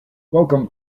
welcome